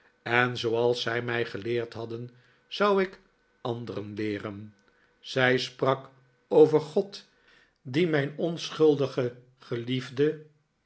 en zooals zij mij geleerd hadden zou ik anderen leeren zij sprak over god die mijn onschuldige geliefde